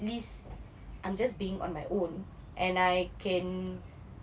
least I'm just being on my own and I can